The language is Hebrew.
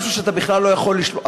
משהו שאתה בכלל לא יכול לשלוט בו.